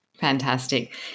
Fantastic